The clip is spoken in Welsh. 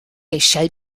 eisiau